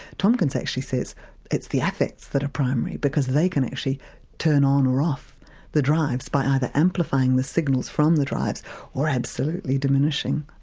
tomkins actually says it's the affects that are primary because they can actually turn on or off the drives by either amplifying the signals from the drives or absolutely diminishing